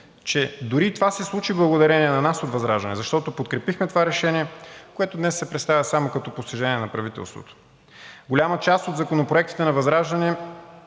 че дори и това се случи благодарение на нас от ВЪЗРАЖДАНЕ, защото подкрепихме това решение, което днес се представя само като постижение на правителството. Голяма част от законопроектите на ВЪЗРАЖДАНЕ